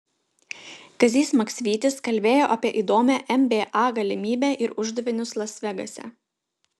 kazys maksvytis kalbėjo apie įdomią nba galimybę ir uždavinius las vegase